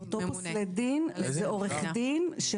זה עורך דין.